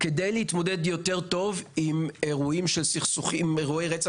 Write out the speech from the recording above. כדי להתמודד יותר טוב עם אירועים של רצח